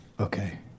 Okay